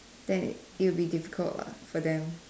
then it it'll be difficult lah for them